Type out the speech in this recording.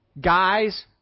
guys